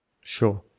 Sure